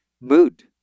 mood